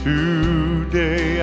Today